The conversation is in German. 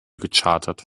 gechartert